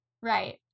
Right